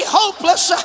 hopeless